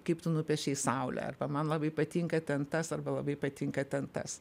kaip tu nupiešei saulę arba man labai patinka ten tas arba labai patinka ten tas